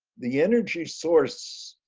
the energy source.